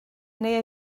neu